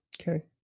Okay